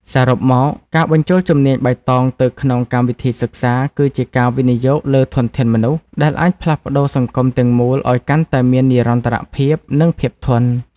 សរុបមក ការបញ្ចូលជំនាញបៃតងទៅក្នុងកម្មវិធីសិក្សា គឺជាការវិនិយោគលើធនធានមនុស្ស ដែលអាចផ្លាស់ប្តូរសង្គមទាំងមូលឱ្យកាន់តែមាននិរន្តរភាព និងភាពធន់។